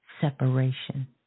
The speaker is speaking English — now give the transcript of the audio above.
separation